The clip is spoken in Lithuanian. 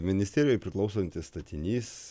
ministerijai priklausantis statinys